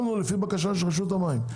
הסכמנו לפי בקשה של רשות המים.